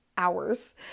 hours